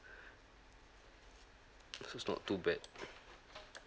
so it's not too bad